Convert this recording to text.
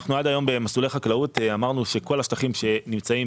אנחנו עד היום במסלולי חקלאות אמרנו שכל השטחים שנמצאים